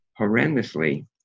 horrendously